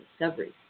discovery